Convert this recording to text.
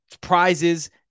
prizes